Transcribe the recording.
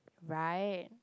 right